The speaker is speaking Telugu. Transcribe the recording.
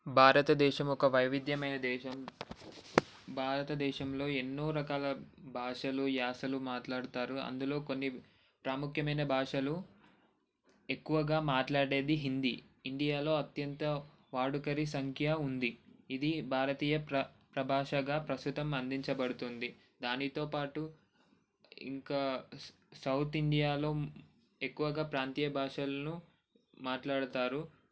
భారతదేశము ఒక వైవిధ్యమైన దేశం భారతదేశంలో ఎన్నో రకాల భాషలు యాసలు మాట్లాడతారు అందులో కొన్ని ప్రాముఖ్యమైన భాషలు ఎక్కువగా మాట్లాడేది హిందీ ఇండియాలో అత్యంత వాడుకరి సంఖ్య ఉంది ఇది భారతీయ ప్ర ప్ర భాషగా ప్రస్తుతం అందించబడుతుంది దానితోపాటు ఇంకా సౌ సౌత్ ఇండియాలో ఎక్కువగా ప్రాంతీయ భాషలను మాట్లాడతారు